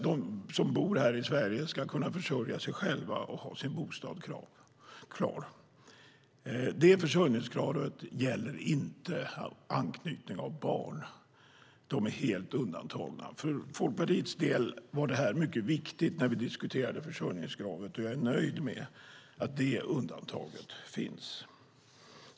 De som bor i Sverige ska kunna försörja sig själva och ha en bostad ordnad. Det försörjningskravet gäller inte anknytning av barn. De är helt undantagna. För Folkpartiets del var det viktigt när vi diskuterade försörjningskravet. Jag är nöjd med att undantaget finns.